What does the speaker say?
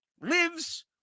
lives